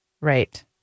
right